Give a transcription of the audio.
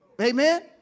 Amen